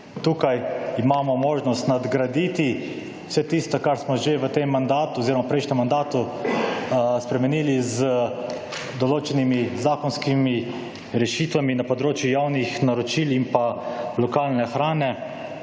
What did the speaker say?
tukaj imamo možnost nadgraditi vse tisto, kar smo že v tem mandatu oziroma v prejšnjem mandatu spremenili z določenimi zakonskimi rešitvami na področju javnih naročil in pa lokalne hrane,